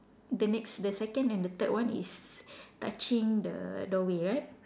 the next the second and the third one is touching the doorway right